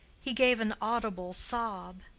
he gave an audible sob.